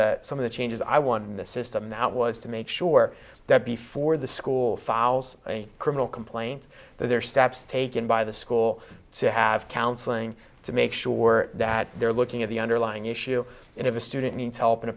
the some of the changes i want in the system that was to make sure that before the school files a criminal complaint that there are steps taken by the school to have counseling to make sure that they're looking at the underlying issue and of a student needs help in a